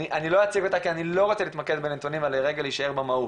אני לא אציג אותה כי אני לא רוצה להתמקד בנתונים אלא רגע להישאר במהות.